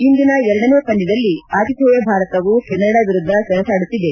ಇಂದಿನ ಎರಡನೇ ಪಂದ್ಯದಲ್ಲಿ ಆತಿಹ್ವೆಯ ಭಾರತವು ಕೆನಡಾ ವಿರುದ್ದ ಸೆಣಸಾಡುತ್ತಿದೆ